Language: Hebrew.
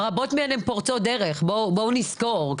רבות מהן הן פורצות דרך, בואו נזכור.